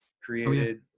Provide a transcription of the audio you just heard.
created